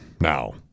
now